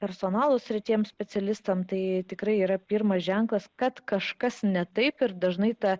personalo srities specialistams tai tikrai yra pirmas ženklas kad kažkas ne taip ir dažnai ta